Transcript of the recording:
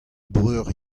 breur